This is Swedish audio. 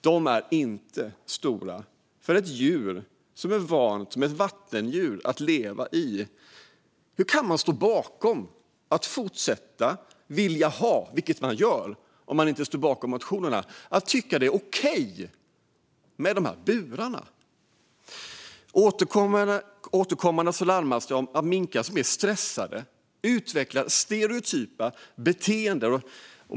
De är inte stora för ett djur som är vant att leva vid vatten. Hur kan man tycka att det är okej med dessa burar, vilket man gör om man inte står bakom motionerna? Återkommande larmas det om att minkar som är stressade utvecklar stereotypa beteenden.